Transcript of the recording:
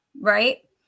right